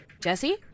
Jesse